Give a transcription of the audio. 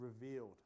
revealed